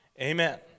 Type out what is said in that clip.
amen